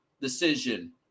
decision